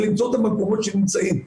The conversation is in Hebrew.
אלא למצוא אותם במקומות שהם נמצאים.